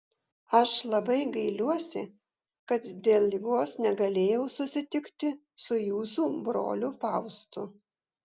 aš labai gailiuosi kad dėl ligos negalėjau susitikti su jūsų broliu faustu